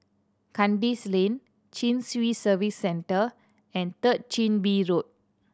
Kandis Lane Chin Swee Service Centre and Third Chin Bee Road